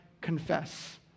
confess